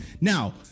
now